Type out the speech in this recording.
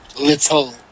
Little